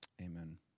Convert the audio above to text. Amen